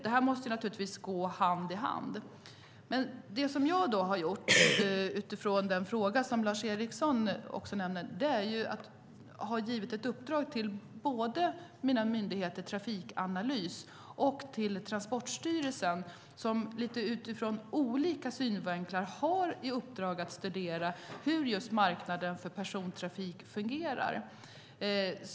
Detta måste naturligtvis gå hand i hand. Mina myndigheter Trafikanalys och Transportstyrelsen har av mig fått i uppdrag att från olika synvinklar studera hur marknaden för persontrafik fungerar.